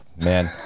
man